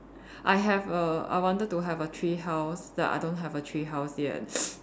I have a I wanted to have a tree house but I don't have tree house yet